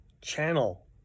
channel